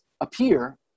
appear